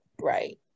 right